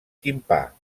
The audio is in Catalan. timpà